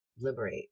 liberate